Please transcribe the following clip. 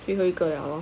最后一个了 lor